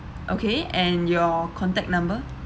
okay and your contact number